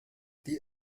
die